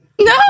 No